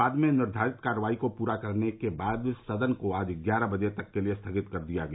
बाद में निर्घारित कार्यवाही को पूरा करने के बाद सदन को आज ग्यारह बजे तक के लिए स्थगित कर दिया गया